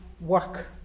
work